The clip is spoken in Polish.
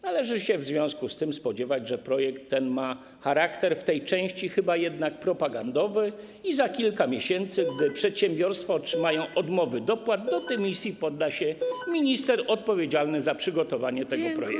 Należy w związku z tym spodziewać się, że projekt ten ma charakter w tej części chyba jednak propagandowy i za kilka miesięcy, gdy przedsiębiorstwa otrzymają odmowy dopłat, do dymisji poda się minister odpowiedzialny za przygotowanie tego projektu.